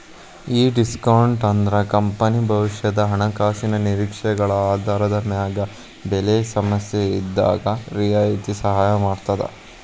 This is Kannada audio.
ಈ ಡಿಸ್ಕೋನ್ಟ್ ಅಂದ್ರ ಕಂಪನಿ ಭವಿಷ್ಯದ ಹಣಕಾಸಿನ ನಿರೇಕ್ಷೆಗಳ ಆಧಾರದ ಮ್ಯಾಗ ಬೆಲೆ ಸಮಸ್ಯೆಇದ್ದಾಗ್ ರಿಯಾಯಿತಿ ಸಹಾಯ ಮಾಡ್ತದ